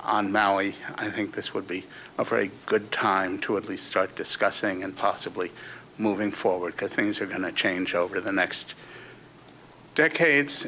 on maui i think this would be a very good time to at least try discussing and possibly moving forward because things are going to change over the next decades